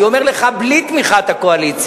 אבל כל העבירות האזרחיות והפליליות,